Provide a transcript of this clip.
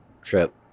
trip